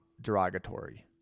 derogatory